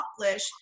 accomplish